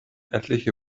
etliche